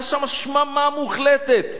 היתה שם שממה מוחלטת.